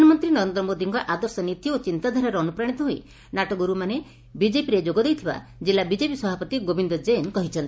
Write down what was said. ପ୍ରଧାନମନ୍ତୀ ନରେନ୍ଦ୍ର ମୋଦିଙ୍କ ଆଦର୍ଶ ନୀତି ଓ ଚିନ୍ତାଧାରାରେ ଅନୁପ୍ରାଶିତ ହୋଇ ନାଟଗୁରୁମାନେ ବିଜେପିରେ ଯୋଗ ଦେଇଥିବା ଜିଲ୍ଲା ବିଜେପି ସଭାପତି ଗୋବିଦ ଜେନ କହିଛନ୍ତି